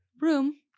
room